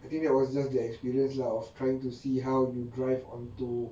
I think that was just the experience lah of trying to see how you drive onto